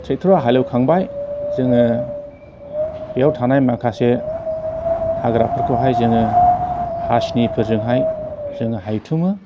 ट्रेक्टरा हालेवखांबाय जोङो बेयाव थानाय माखासे हाग्राफोरखौहाय जोङो हासिनिफोरजोंहाय जोङो हायथुमो